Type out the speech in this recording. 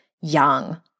young